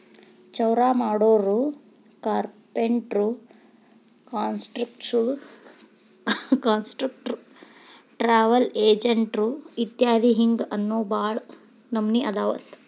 ಚೌರಾಮಾಡೊರು, carpenter, contractor, travel agent ಇತ್ಯದಿ ಹಿಂಗ್ ಇನ್ನೋ ಭಾಳ್ ನಮ್ನೇವ್ ಅವ